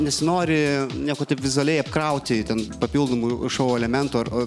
nesinori nieko taip vizualiai apkrauti ten papildomų šou elementų ar